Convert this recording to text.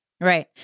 Right